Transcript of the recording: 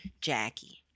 jackie